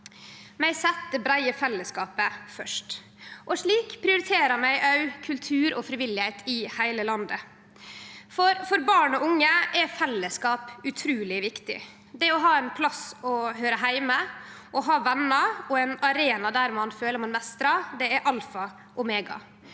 Vi set det breie fellesskapet først. Slik prioriterer vi òg kultur og det frivillige i heile landet. For barn og unge er fellesskap utruleg viktig. Å ha ein plass å høyre heime, å ha venar og ein arena der ein føler ein meistrar – det er alfa og omega.